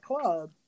club